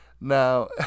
Now